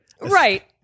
right